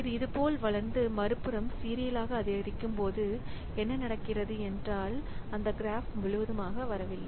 இது இதுபோல் வளர்ந்து மறுபுறம் சீரியலாக அதிகரிக்கும் போது என்ன நடக்கிறது என்றால் அந்த கிராப் முழுவதுமாக வரவில்லை